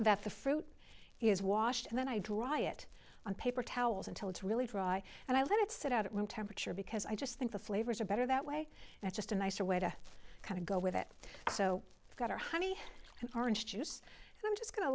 that the fruit is washed and then i dry it on paper towels until it's really dry and i let it sit out at room temperature because i just think the flavors are better that way and it's just a nicer way to kind of go with it so it's got a honey and orange juice i'm just go